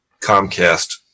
Comcast